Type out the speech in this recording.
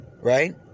Right